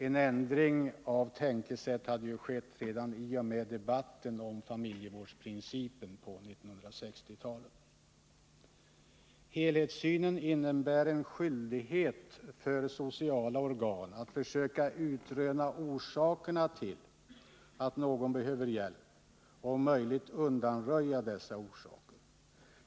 En ändring av tänkesätt hade ju skett redan i och med debatten om familjevårdsprincipen på 1960-talet. Helhetssynen innebär en skyldighet för sociala organ att försöka utröna orsakerna till att någon behöver hjälp och om möjligt undanröja dessa orsaker.